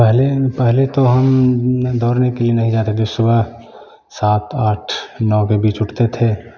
पहले पहले तो हम दौड़ने के लिए नहीं जाते थे सुबह सात आठ नौ के बीच उठते थे